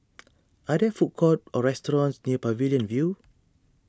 are there food courts or restaurants near Pavilion View